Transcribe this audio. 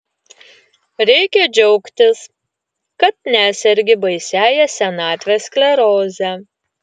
reikia džiaugtis kad nesergi baisiąja senatvės skleroze